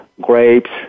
grapes